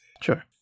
Sure